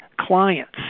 clients